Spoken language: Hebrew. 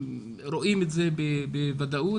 רואים את זה בוודאות.